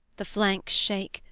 the flanks shake,